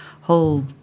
whole